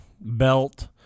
belt